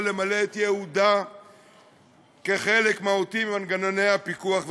למלא את ייעודה כחלק מהות׳ ממנגנון הפיקוח והבקרה?